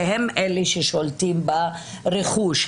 והם אלה ששולטים ברכוש,